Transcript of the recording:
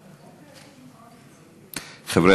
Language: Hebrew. חברי,